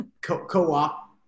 co-op